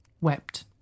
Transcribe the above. wept